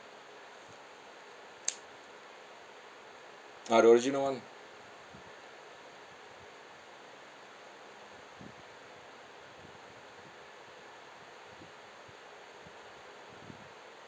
ah the original one